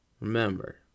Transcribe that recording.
Remember